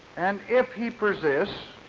and if he persists